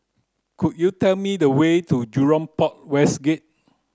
could you tell me the way to Jurong Port West Gate